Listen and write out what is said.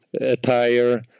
attire